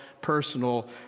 personal